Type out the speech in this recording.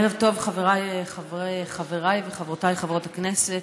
ערב טוב, חבריי וחברותיי חברות הכנסת.